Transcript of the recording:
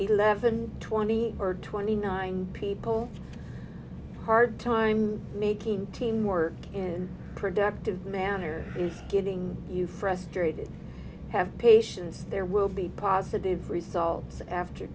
eleven twenty or twenty nine people hard time making team work and productive manner is getting you frustrated have patience there will be positive results after